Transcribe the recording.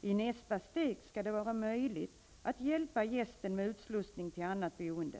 I nästa steg skall det vara möjligt att hjälpa gästen med utslussning till annat boende.